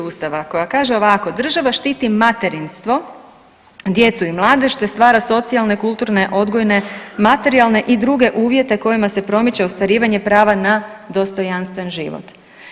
Ustava koja kaže ovako: „Država štiti materinstvo, djecu i mladež, te stvara socijalne, kulturne, odgojne, materijalne i druge uvjete kojima se promiče ostvarivanje prava na dostojanstven život.